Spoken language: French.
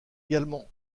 également